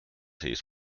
his